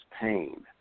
pain